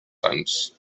sants